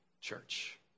church